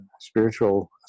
spiritual